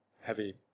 heavy